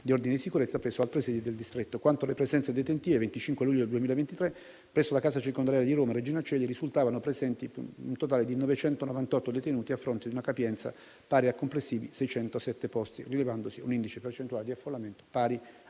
di ordine e sicurezza, presso altre sedi del distretto. Quanto alle presenze detentive, al 25 luglio 2023, presso la casa circondariale di Roma Regina Coeli risultavano presenti un totale di 998 detenuti, a fronte di una capienza pari a complessivi 607 posti disponibili, rilevandosi un indice percentuale di affollamento pari